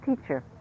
teacher